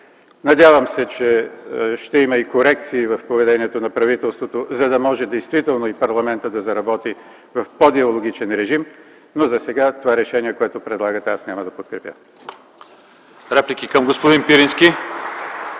Надявам се, че ще има и корекции в поведението на правителството, за да може действително и парламентът да заработи в по-диалогичен режим, но засега това решение, което предлагате, аз няма да подкрепя.